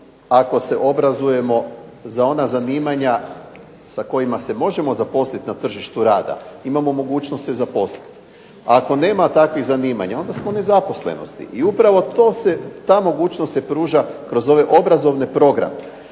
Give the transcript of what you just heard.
ako se obrazujemo za ona zanimanja sa kojima se možemo zaposliti na tržištu rada, imamo mogućnost se zaposliti, ako nema takvih zanimanja onda smo u nezaposlenosti. I upravo ta mogućnost se pruža kroz ove obrazovne programe,